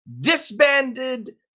disbanded